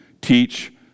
teach